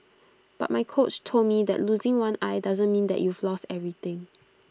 but my coach told me that losing one eye doesn't mean that you've lost everything